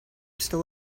still